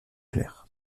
claire